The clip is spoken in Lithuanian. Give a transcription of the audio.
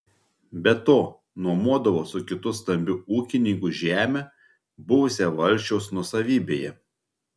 be to nuomodavo su kitu stambiu ūkininku žemę buvusią valsčiaus nuosavybėje